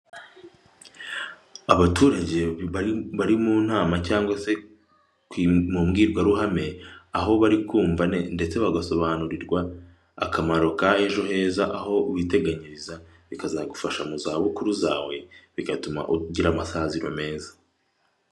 Abaturage bari mu nama cyangwa se mu mbwirwaruhame; aho bari kumva ndetse bagasobanurirwa akamaro ka ejo heza; aho witeganyiriza bikazagufasha mu zabukuru zawe bigatuma ugira amasaziro meza.